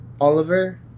Oliver